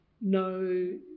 No